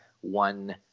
one